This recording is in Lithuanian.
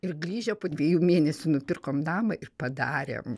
ir grįžę po dviejų mėnesių nupirkom namą ir padarėm